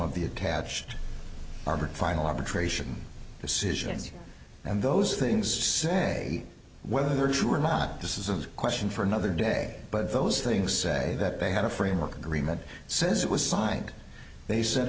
of the attached final arbitration decisions and those things say whether they're true or not this is a question for another day but those things say that they had a framework agreement says it was signed they s